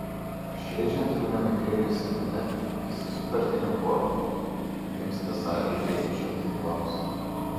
šie džentelmenai kreipėsi į mane visi sutartiniu choru jiems esą reikia išimti planus